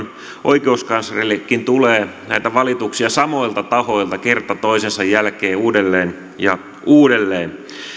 oikeuskanslerillekin tulee näitä valituksia samoilta tahoilta kerta toisensa jälkeen uudelleen ja uudelleen